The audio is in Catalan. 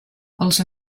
els